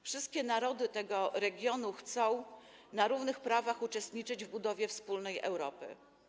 Wszystkie narody tego regionu chcą na równych prawach uczestniczyć w budowie wspólnej Europy.